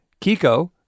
Kiko